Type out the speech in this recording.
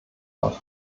wird